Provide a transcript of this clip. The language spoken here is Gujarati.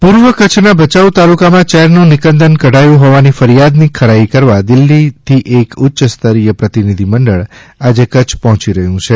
તપાસ પૂર્વ કચ્છનાં ભયાઉ તાલુકા માં ચેર નું નિકંદન કઢાયું હોવાની ફરિયાદ ની ખરાઈ કરવા દિલ્લી થી એક ઉચ્ય પ્રતિનિધિમંડલ આજે કચ્છ પહોચી રહી છે